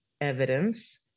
evidence